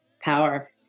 power